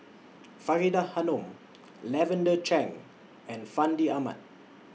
Faridah Hanum Lavender Chang and Fandi Ahmad